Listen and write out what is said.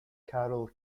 carole